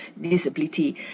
disability